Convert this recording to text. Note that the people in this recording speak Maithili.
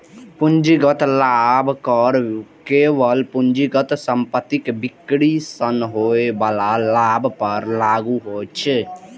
पूंजीगत लाभ कर केवल पूंजीगत संपत्तिक बिक्री सं होइ बला लाभ पर लागू होइ छै